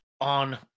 on